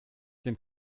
den